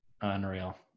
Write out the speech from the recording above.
Unreal